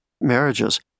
marriages